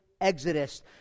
exodus